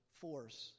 force